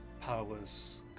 powers